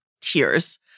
tears